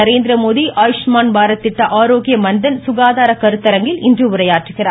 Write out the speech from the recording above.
நரேந்திரமோடி ஆயுஷ்மான் பாரத் திட்ட ஆரோக்கிய மன்தன் சுகாதார கருத்தரங்கில் இன்று உரையாற்றுகிறார்